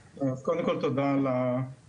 קודם כל, תודה על ההזדמנות.